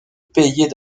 payés